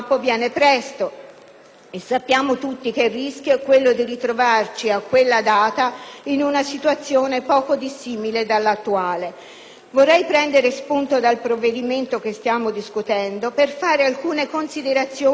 e sappiamo tutti che il rischio è quello di ritrovarci a quella data in una situazione poco dissimile dall'attuale. Vorrei prendere spunto dal provvedimento che stiamo discutendo per fare alcune considerazioni più generali.